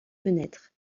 fenêtres